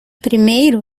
primeiro